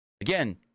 Again